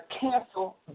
cancel